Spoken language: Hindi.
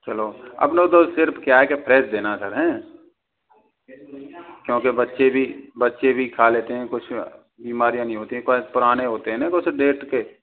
चलो अपना तो सिर्फ क्या है कि फ्रेश देना सर हैं क्योंकि बच्चे भी बच्चे भी खा लेते हैं कुछ बीमारियाँ नहीं होती हैं कोई पुराने होते हैं ना कुछ डेट के